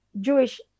Jewish